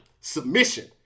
Submission